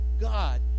God